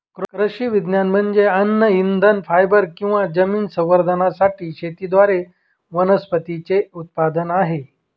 कृषी विज्ञान म्हणजे अन्न इंधन फायबर किंवा जमीन संवर्धनासाठी शेतीद्वारे वनस्पतींचे उत्पादन आहे